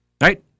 Right